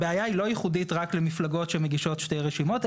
הבעיה היא לא ייחודית רק למפלגות שמגישות שתי רשימות,